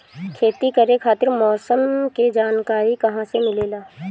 खेती करे खातिर मौसम के जानकारी कहाँसे मिलेला?